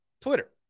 Twitter